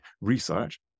research